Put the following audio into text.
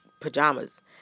pajamas